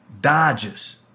dodges